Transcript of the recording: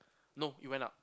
no it went up